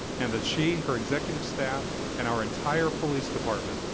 and that she, her executive staff, and our entire police department,